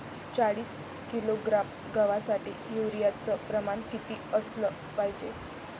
चाळीस किलोग्रॅम गवासाठी यूरिया च प्रमान किती असलं पायजे?